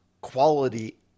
quality